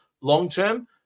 Long-term